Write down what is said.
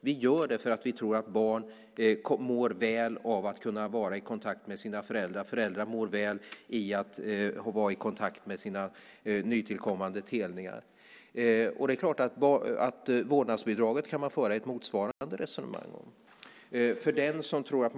Vi gör det för att vi tror att barn mår väl av att kunna vara i kontakt med sina föräldrar och att föräldrar mår väl av att vara i kontakt med sina nykomna telningar. Det är klart att man kan föra ett motsvarande resonemang om vårdnadsbidraget.